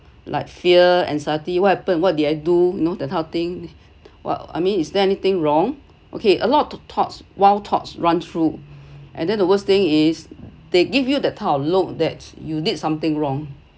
like fear anxiety what happened what did I do you know that kind of thing what I mean is there anything wrong okay a lot of thoughts wild thoughts run through and then the worst thing is they give you the kind of look that you did something wrong